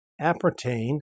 appertain